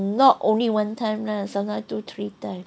not only one time lah sometime two three time